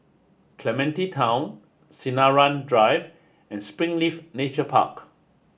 Clementi Town Sinaran Drive and Springleaf Nature Park